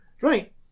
Right